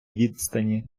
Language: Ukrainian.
відстані